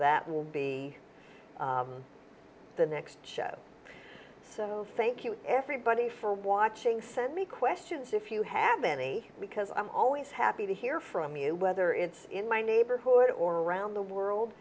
that will be the next show so thank you everybody for watching send me questions if you have any because i'm always happy to hear from you whether it's in my neighborhood or around the world